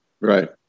Right